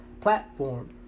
platform